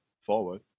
forward